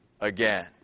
again